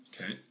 Okay